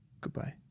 goodbye